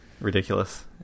Ridiculous